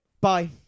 Bye